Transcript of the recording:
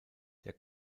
der